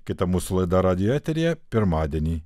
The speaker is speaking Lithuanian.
kita mūsų laida radijo eteryje pirmadienį